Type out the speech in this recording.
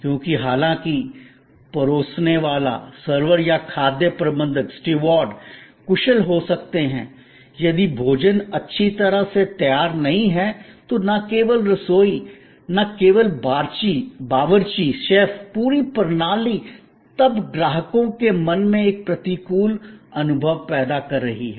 क्योंकि हालाँकि परोसनेवाला सर्वर या खाद्य प्रबंधक स्टीवर्ड कुशल हो सकते हैं यदि भोजन अच्छी तरह से तैयार नहीं है तो न केवल रसोई न केवल बावर्ची शेफ पूरी प्रणाली तब ग्राहकों के मन में एक प्रतिकूल अनुभव पैदा कर रही है